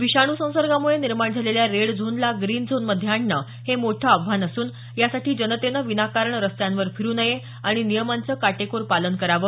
विषाणू संसर्गामुळे निर्माण झालेल्या रेड झोनला ग्रीन झोन मध्ये आणणं हे मोठं आव्हान असून यासाठी जनतेनं विनाकारण रस्त्यांवर फिरू नये आणि नियमांचं काटेकोर पालन करावं